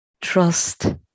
trust